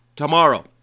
Tomorrow